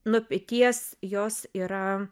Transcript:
nuo peties jos yra